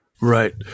Right